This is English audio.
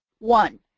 one,